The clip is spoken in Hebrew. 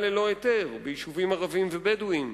ללא היתר ביישובים ערביים ובדואיים,